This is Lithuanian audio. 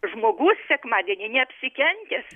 žmogus sekmadienį neapsikentęs